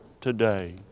today